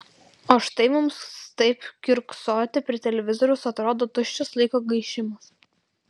o štai mums taip kiurksoti prie televizoriaus atrodo tuščias laiko gaišimas